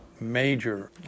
major